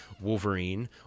Wolverine